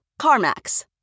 CarMax